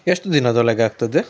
ಎಷ್ಟು ದಿನದೊಳಗೆ ಆಗ್ತದೆ